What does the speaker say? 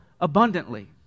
abundantly